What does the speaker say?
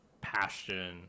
passion